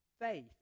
Faith